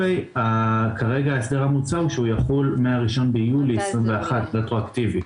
כרגע ההסדר המוצע הוא שהוא יחול מה-1 ביולי 2021 רטרואקטיבית,